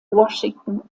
washington